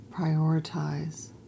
prioritize